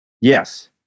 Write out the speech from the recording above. Yes